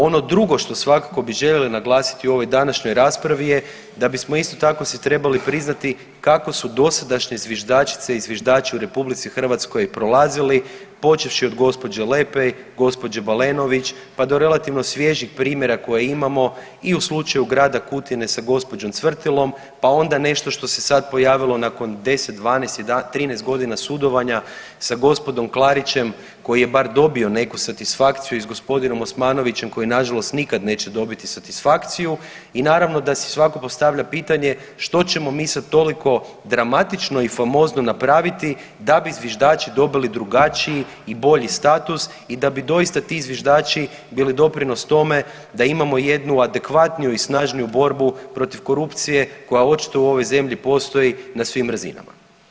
Ono drugo što svakako bi željeli naglasiti u ovoj današnjoj raspravi je da bismo isto tako si trebali priznati kako su dosadašnje zviždačice i zviždači u RH prolazili, počevši od gospođe Lepej, gospođe Balenović pa do relativno svježih primjera koje imamo i u slučaju grada Kutine sa gospođom Cvrtilom, pa onda nešto što se sad pojavilo nakon 10, 12, 13 godina sudovanja sa gospodom Klarićem koji je bar dobio neku satisfakciju i s gospodinom Osmanovićem koji nažalost nikad neće dobiti satisfakciju i naravno da si svako postavlja pitanje što ćemo mi sad toliko dramatično i famozno napraviti da bi zviždači dobili drugačiji i bolji status i da bi doista ti zviždači bili doprinos tome da imamo jednu adekvatniju i snažniju borbu protiv korupcije koja očito u ovoj zemlji postoji na svim razinama.